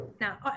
Now